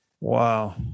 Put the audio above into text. wow